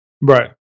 Right